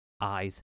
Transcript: eyes